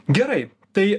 gerai tai